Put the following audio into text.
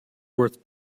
worth